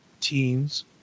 teens